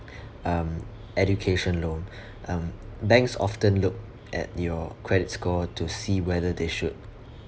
um education loan um banks often look at your credit score to see whether they should